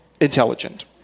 intelligent